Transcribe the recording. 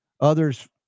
Others